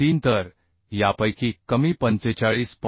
23 तर यापैकी कमी 45